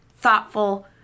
thoughtful